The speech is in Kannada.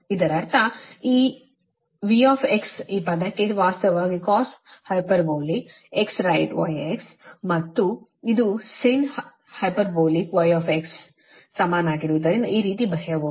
ಇದರರ್ಥ ಈ ಇದನ್ನು V ಈ ಪದಕ್ಕೆ ವಾಸ್ತವವಾಗಿ cos hyperbolic x right x ಮತ್ತು ಇದು ಸಿನ್ ಹೈಪರ್ಬೋಲಿಕ್ x ಸಮನಾಗಿರುವುದರಿಂದ ಈ ರೀತಿ ಬರೆಯಬಹುದು